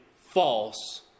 false